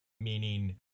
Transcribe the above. Meaning-